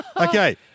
Okay